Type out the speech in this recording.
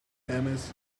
chemist